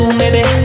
baby